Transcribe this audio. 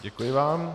Děkuji vám.